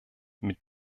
mit